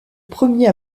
premier